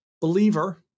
Believer